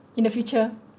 in the future